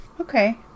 okay